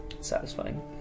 satisfying